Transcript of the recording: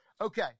Okay